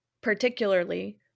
particularly